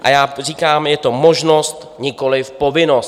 A já říkám: Je to možnost, nikoliv povinnost.